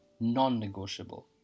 non-negotiable